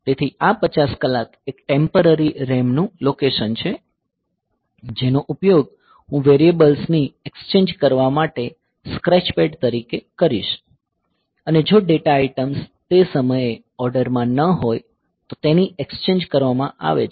તેથી આ 50 કલાક એક ટેમ્પરરી RAM નું લોકેશન છે જેનો ઉપયોગ હું વેરિયેબલ્સ ની એક્ષચેંજ કરવા માટે સ્ક્રેચ પેડ તરીકે કરીશ અને જો ડેટા આઇટમ્સ તે સમયે ઓર્ડર માં ન હોય તો તેની એક્ષચેંજ કરવામાં આવે છે